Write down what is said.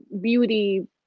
beauty